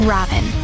Robin